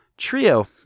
trio